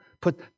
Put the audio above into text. put